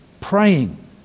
Praying